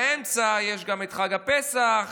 באמצע יש גם את חג הפסח,